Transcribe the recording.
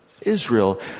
Israel